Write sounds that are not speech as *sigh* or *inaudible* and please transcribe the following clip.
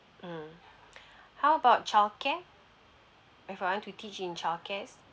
mm *breath* how about child care if I want to teach in child cares